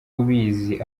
ubizi